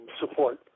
support